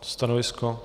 Stanovisko?